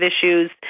issues